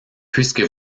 puisque